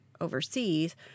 overseas